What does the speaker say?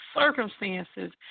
circumstances